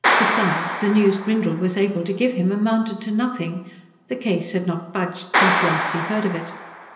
besides, the news grindle was able to give him amounted to nothing the case had not budged since last he heard of it.